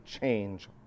change